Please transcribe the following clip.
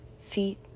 Feet